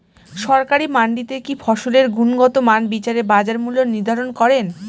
সরকারি মান্ডিতে কি ফসলের গুনগতমান বিচারে বাজার মূল্য নির্ধারণ করেন?